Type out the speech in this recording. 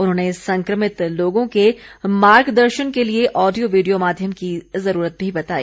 उन्होंने संक्रमित लोगों के मार्गदर्शन के लिए ऑडियो वीडियो माध्यम की जरूरत भी बताई